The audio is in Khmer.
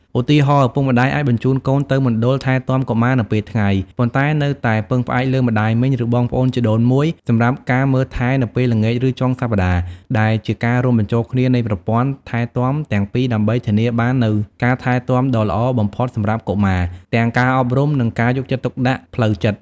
ឧទាហរណ៍ ឪពុកម្ដាយអាចបញ្ជូនកូនទៅមណ្ឌលថែទាំកុមារនៅពេលថ្ងៃ ប៉ុន្តែនៅតែពឹងផ្អែកលើម្ដាយមីង ឬបងប្អូនជីដូនមួយសម្រាប់ការមើលថែនៅពេលល្ងាច ឬចុងសប្ដាហ៍ ដែលជាការរួមបញ្ចូលគ្នានៃប្រព័ន្ធថែទាំទាំងពីរដើម្បីធានាបាននូវការថែទាំដ៏ល្អបំផុតសម្រាប់កុមារ ទាំងការអប់រំ និងការយកចិត្តទុកដាក់ផ្លូវចិត្ត។